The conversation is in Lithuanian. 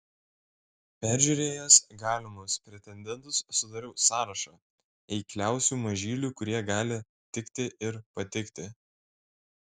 peržiūrėjęs galimus pretendentus sudariau sąrašą eikliausių mažylių kurie gali tikti ir patikti